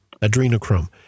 adrenochrome